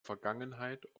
vergangenheit